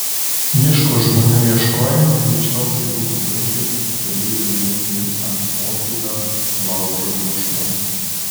miško žmonių ieškojimas greičiausiai būtų baigęsis keleivių mirtimi ant pokylio laužo iešmų